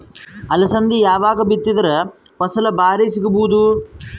ಅಲಸಂದಿ ಯಾವಾಗ ಬಿತ್ತಿದರ ಫಸಲ ಭಾರಿ ಸಿಗಭೂದು?